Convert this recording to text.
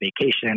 vacation